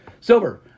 Silver